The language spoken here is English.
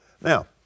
Now